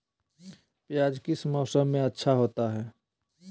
प्याज किस मौसम में अच्छा होता है?